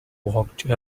walked